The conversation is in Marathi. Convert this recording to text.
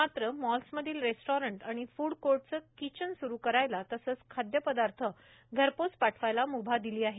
मात्र मॉल्समधली रेस्टॉरंट आणि फ्ड कोर्टचं किचन सुरू करायला तसंच खादयपदार्थ घरपोच पाठवायला मृभा दिली आहे